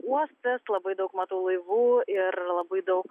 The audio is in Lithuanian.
uostas labai daug matau laivų ir labai daug